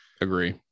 Agree